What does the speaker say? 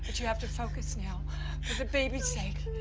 but you have to focus now, for the baby's sake.